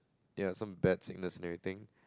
ya some bad sickness and everything